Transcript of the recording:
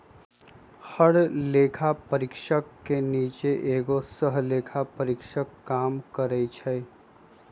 हर लेखा परीक्षक के नीचे एगो सहलेखा परीक्षक काम करई छई